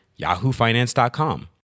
yahoofinance.com